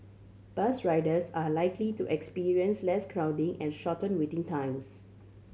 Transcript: bus riders are likely to experience less crowding and shorter waiting times